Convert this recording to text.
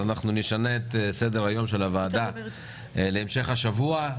אנחנו נשנה את סדר היום של הוועדה בהמשך השבוע,